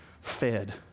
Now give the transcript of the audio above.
fed